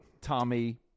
Tommy